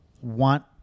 want